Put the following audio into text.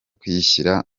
kwishyira